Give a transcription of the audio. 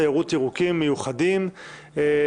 אושרה.